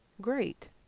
great